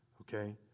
Okay